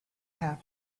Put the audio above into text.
have